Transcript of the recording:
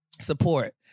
support